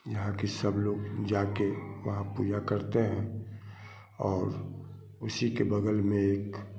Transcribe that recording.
यहाँ क सब लोग जाकर वहाँ पूजा करते हैं और उसी के बग़ल में एक